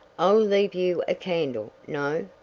i'll leave you a candle no,